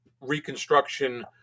Reconstruction